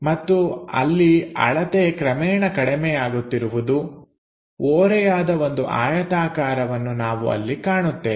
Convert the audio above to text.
ಮತ್ತು ಅಲ್ಲಿ ಅಳತೆ ಕ್ರಮೇಣ ಕಡಿಮೆಯಾಗುತ್ತಿರುವುದು ಓರೆಯಾದ ಒಂದು ಆಯತಾಕಾರವನ್ನು ನಾವು ಅಲ್ಲಿ ಕಾಣುತ್ತೇವೆ